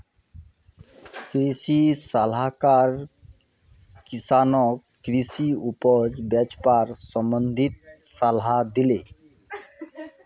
कृषि सलाहकार किसानक कृषि उपज बेचवार संबंधित सलाह दिले